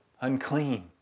unclean